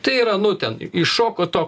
tai yra nu ten iššoko to